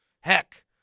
Heck